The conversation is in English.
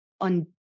on